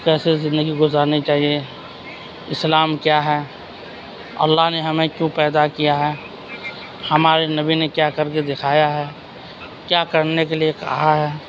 کیسے زندگی گزارنی چاہیے اسلام کیا ہے اللّہ نے ہمیں کیوں پیدا کیا ہے ہمارے نبی نے کیا کر کے دکھایا ہے کیا کرنے کے لیے کہا ہے